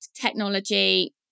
technology